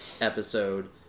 episode